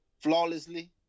flawlessly